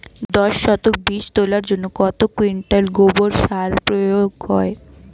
দশ শতক বীজ তলার জন্য কত কুইন্টাল গোবর সার প্রয়োগ হয়?